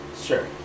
Sure